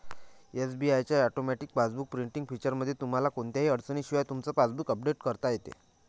SBI च्या automatic passbook printing फीचरमुळे तुम्हाला कोणत्याही अडचणीशिवाय तुमचं पासबुक अपडेट करता येतं